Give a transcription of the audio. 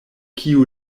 kiu